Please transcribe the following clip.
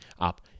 up